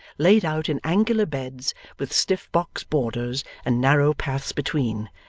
laid out in angular beds with stiff box borders and narrow paths between,